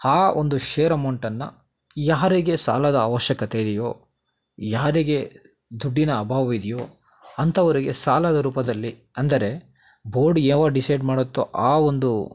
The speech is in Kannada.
ಆ ಒಂದು ಷೇರ್ ಅಮೌಂಟನ್ನು ಯಾರಿಗೆ ಸಾಲದ ಅವಶ್ಯಕತೆ ಇದೆಯೋ ಯಾರಿಗೆ ದುಡ್ಡಿನ ಅಭಾವವಿದೆಯೋ ಅಂಥವರಿಗೆ ಸಾಲದ ರೂಪದಲ್ಲಿ ಅಂದರೆ ಬೋರ್ಡ್ ಯಾವ ಡಿಸೈಡ್ ಮಾಡುತ್ತೋ ಆ ಒಂದು